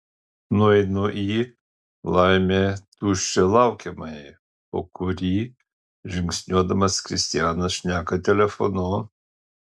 nueinu į laimė tuščią laukiamąjį po kurį žingsniuodamas kristianas šneka telefonu